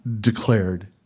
declared